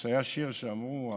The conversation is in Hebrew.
היה שיר שאמרו,